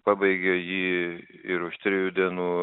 pabaigė jį ir už trijų dienų